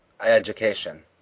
education